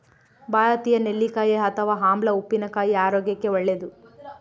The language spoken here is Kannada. ಭಾರತೀಯ ನೆಲ್ಲಿಕಾಯಿ ಅಥವಾ ಆಮ್ಲ ಉಪ್ಪಿನಕಾಯಿ ಆರೋಗ್ಯಕ್ಕೆ ಒಳ್ಳೇದು